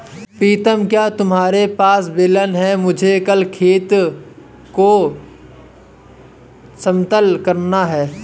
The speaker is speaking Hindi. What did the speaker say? प्रीतम क्या तुम्हारे पास बेलन है मुझे कल खेत को समतल करना है?